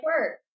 work